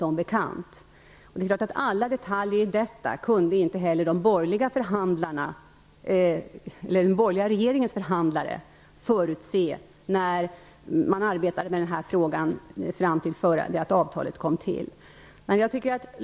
Det är klart att den borgerliga regeringens förhandlare inte kunde förutse alla detaljer när man arbetade med frågan fram till dess att avtalet kom till.